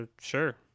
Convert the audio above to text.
Sure